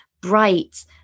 bright